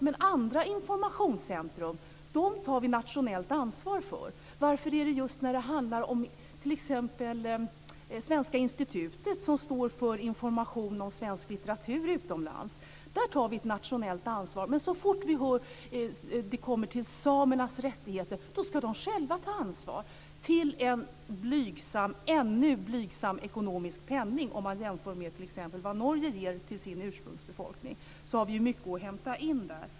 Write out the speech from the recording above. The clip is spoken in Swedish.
Men andra informationscentrum tar vi nationellt ansvar för. När det gäller t.ex. Svenska Institutet, som står för information om svensk litteratur utomlands, tar vi ett nationellt ansvar. Men så fort det kommer till samernas rättigheter ska de själva ta ansvar till en ännu blygsam ekonomisk penning, om man jämför med vad t.ex. Norge ger till sin ursprungsbefolkning. Där har vi mycket att hämta in.